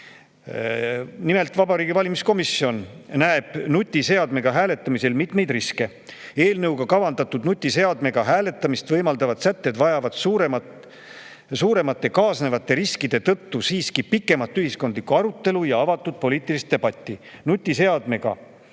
Nimelt, Vabariigi Valimiskomisjon näeb nutiseadmega hääletamisel mitmeid riske: "Eelnõuga kavandatud nutiseadmega hääletamist võimaldavad sätted vajavad suuremate kaasnevate riskide tõttu siiski pikemat ühiskondlikku arutelu ja avatud poliitilist debatti. Nutiseadmega